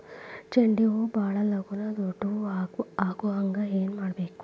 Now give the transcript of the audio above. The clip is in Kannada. ಚಂಡ ಹೂ ಭಾಳ ಲಗೂನ ದೊಡ್ಡದು ಆಗುಹಂಗ್ ಏನ್ ಮಾಡ್ಬೇಕು?